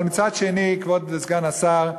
אבל מצד שני, כבוד סגן השר,